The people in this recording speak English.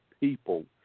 people